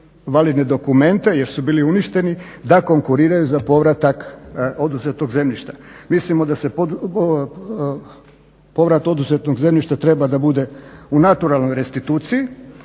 validne dokumente jer su bili uništeni da konkuriraju za povratak oduzetog zemljišta. Mislimo da se povrat oduzetog zemljišta treba da bude u naturalnoj restituciji